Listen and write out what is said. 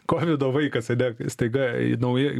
kovido vaikas ane staiga nauja